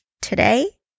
Today